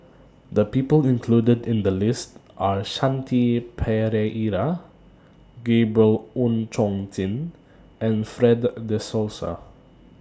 The People included in The list Are Shanti Pereira Gabriel Oon Chong Jin and Fred De Souza